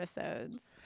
episodes